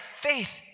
faith